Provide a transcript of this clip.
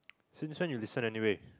since when you listened anyway